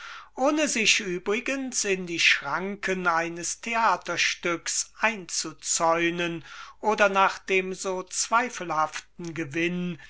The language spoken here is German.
ohne sich übrigens in die schranken eines theaterstücks einzuzäunen oder nach dem so zweifelhaften gewinn